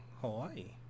Hawaii